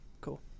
Cool